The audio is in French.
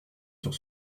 sur